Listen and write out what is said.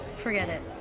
forget it.